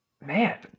man